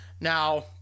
Now